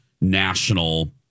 national